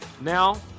Now